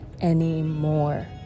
anymore